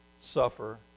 suffer